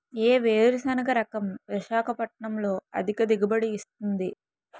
ఏ వేరుసెనగ రకం విశాఖపట్నం లో అధిక దిగుబడి ఇస్తుంది?